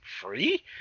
free